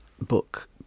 book